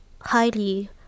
highly